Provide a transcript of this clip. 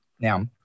now